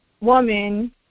woman